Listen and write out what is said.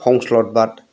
फंस्लदबाद